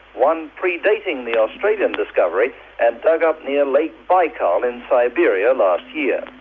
one predating the australian discovery and dug up near lake baikal in siberia last year.